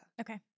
Okay